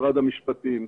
משרד המשפטיים.